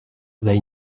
they